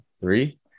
three